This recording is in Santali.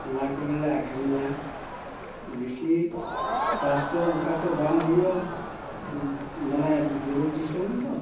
ᱚᱱᱟ ᱠᱚᱨᱮᱞᱮ ᱟᱠᱷᱨᱤᱧᱟ ᱵᱮᱥᱤ ᱪᱟᱥ ᱛᱚ ᱚᱱᱠᱟᱛᱚ ᱵᱟᱝ ᱦᱩᱭᱩᱜᱼᱟ ᱱᱚᱣᱟ ᱵᱩᱨᱩ ᱫᱤᱥᱚᱢ ᱨᱮᱫᱚ